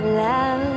love